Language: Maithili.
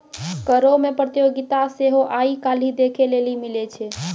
करो मे प्रतियोगिता सेहो आइ काल्हि देखै लेली मिलै छै